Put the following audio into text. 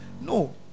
No